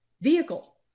vehicle